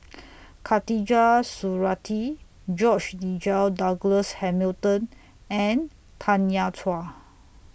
Khatijah Surattee George Nigel Douglas Hamilton and Tanya Chua